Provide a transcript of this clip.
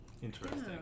Interesting